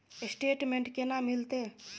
Statement केना मिलते?